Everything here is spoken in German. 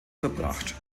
verbracht